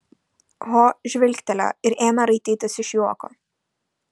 ho žvilgtelėjo ir ėmė raitytis iš juoko